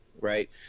right